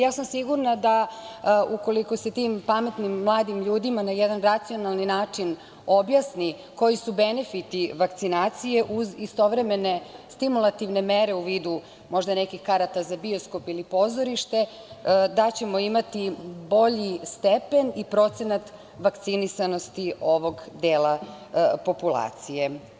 Ja sam sigurna da ukoliko se tim pametnim mladim ljudima na jedan racionalan način objasni koji su benefiti vakcinacije, uz istovremene stimulativne mere u vidu možda nekih karata za bioskop ili pozorište, da ćemo imati bolji stepen i procenat vakcinisanosti ovog dela populacije.